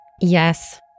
Yes